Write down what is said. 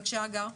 בבקשה, הגר.